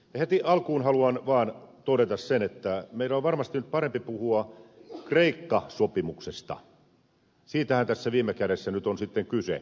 heti alkuun haluan vaan todeta sen että meidän on varmasti nyt parempi puhua kreikka sopimuksesta siitähän tässä viime kädessä nyt on sitten kyse